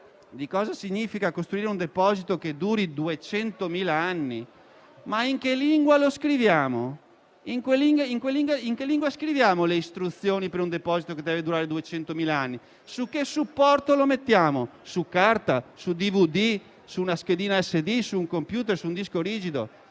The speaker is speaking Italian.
di cosa significa costruire un deposito che duri 200.000 anni? In che lingua scriviamo le istruzioni per un deposito che deve durare 200.000 anni? Su che supporto le mettiamo? Su carta, su DVD, su una schedina SD, su un computer, su un disco rigido?